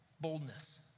boldness